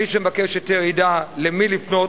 מי שמבקש היתר ידע למי לפנות,